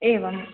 एवं